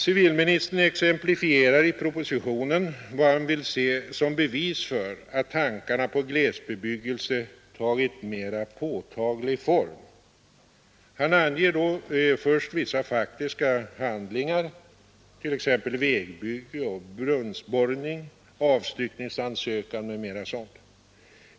Civilministern exemplifierar i propositionen vad han vill se som bevis för att tankarna på glesbebyggelse ”tagit mera påtaglig form”. Han anger då först vissa faktiska handlingar: vägbygge, brunnsborrning, avstyckningsansökan m.m.